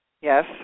yes